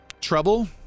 trouble